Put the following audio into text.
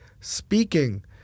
Speaking